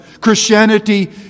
Christianity